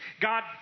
God